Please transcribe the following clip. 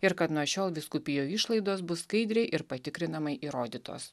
ir kad nuo šiol vyskupijų išlaidos bus skaidriai ir patikrinamai įrodytos